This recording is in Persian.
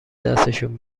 دستشون